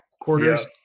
quarters